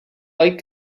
like